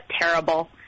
terrible